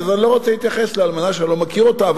אני לא רוצה להתייחס לאמנה שאני לא מכיר אותה,